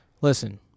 Listen